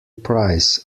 price